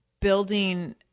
building